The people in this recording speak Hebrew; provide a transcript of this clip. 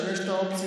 אז באילו מקרים?